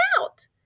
out